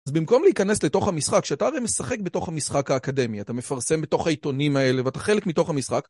אז במקום להיכנס לתוך המשחק כשאתה משחק בתוך המשחק האקדמי אתה מפרסם בתוך העיתונים האלה ואתה חלק מתוך המשחק